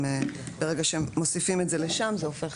ברגע שמוסיפים את זה לשם זה הופך